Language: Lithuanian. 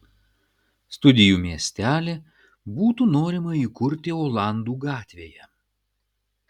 studijų miestelį būtų norima įkurti olandų gatvėje